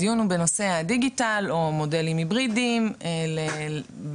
הדיון הוא בנושא הדיגיטל או מודלים היברידיים באקדמיה.